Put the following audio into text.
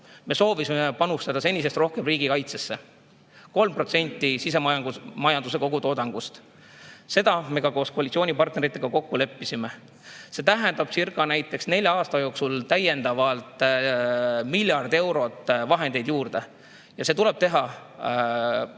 Me soovisime panustada senisest rohkem riigikaitsesse: 3% sisemajanduse kogutoodangust. Seda me ka koos koalitsioonipartneritega kokku leppisime. See tähendab näitekscircanelja aasta jooksul täiendavalt miljardit eurot vahendeid juurde ja see tuleb teha maksude